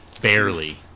Barely